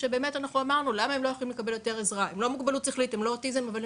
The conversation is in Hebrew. הנושא הוא חידוד הנהלים חוזר גם ללשכה רפואית חוזר מקופות